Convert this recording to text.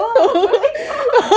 oh birthday kau